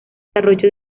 desarrolló